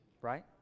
Right